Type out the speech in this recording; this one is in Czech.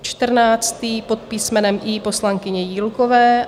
Čtrnáctý pod písmenem I poslankyně Jílkové.